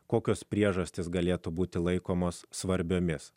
kokios priežastys galėtų būti laikomos svarbiomis